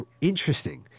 interesting